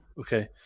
okay